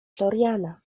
floriana